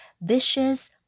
vicious